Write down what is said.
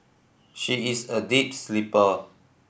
she is a deep sleeper